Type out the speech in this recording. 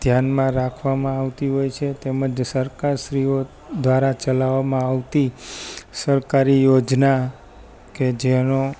ધ્યાનમાં રાખવામાં આવતી હોય છે તેમજ સરકારશ્રીઓ દ્વારા ચલાવામાં આવતી સરકારી યોજના કે જેનો